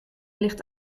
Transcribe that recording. ligt